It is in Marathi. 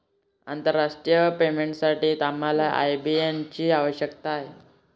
आंतरराष्ट्रीय पेमेंटसाठी आम्हाला आय.बी.एन ची आवश्यकता आहे